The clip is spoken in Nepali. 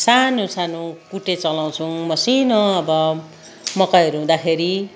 सानो सानो कुटे चलाउँछौँ मसिनो अब मकैहरू हुँदाखेरि